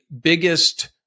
biggest